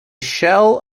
shell